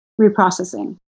reprocessing